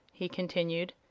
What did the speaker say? he continued.